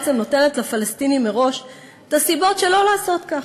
בעצם נותנת לפלסטינים מראש את הסיבות שלא לעשות כך.